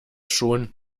schon